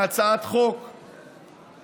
הצעת החוק שהגשתי,